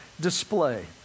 display